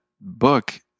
book